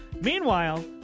Meanwhile